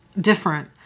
different